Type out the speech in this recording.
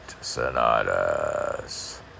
sonatas